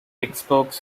xbox